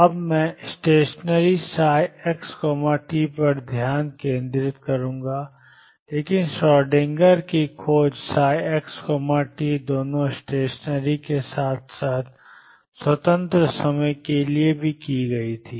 अभी मैं स्टेशनरीψxt पर ध्यान केंद्रित करूंगा लेकिन श्रोडिंगर की खोज ψxt दोनों स्टेशनरी के साथ साथ स्वतंत्र समय के लिए की गई थी